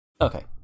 okay